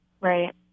Right